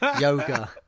yoga